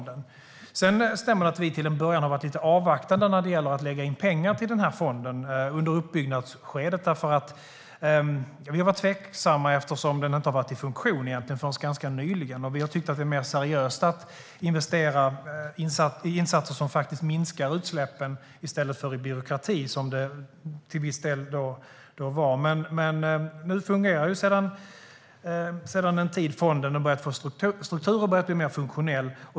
Det stämmer att vi till en början har varit lite avvaktande när det gäller att lägga in pengar till den här fonden under uppbyggnadsskedet eftersom vi var tveksamma då den inte har varit i funktion förrän ganska nyligen. Vi har tyckt att det är mer seriöst att investera i insatser som faktiskt minskar i stället för i byråkrati, som det till viss del handlade om. Men nu fungerar fonden sedan en tid. Den har fått struktur och har börjat bli mer funktionell.